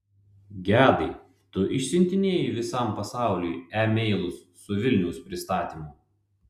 gedai tu išsiuntinėjai visam pasauliui e meilus su vilniaus pristatymu